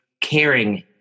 caring